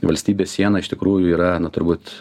valstybės siena iš tikrųjų yra turbūt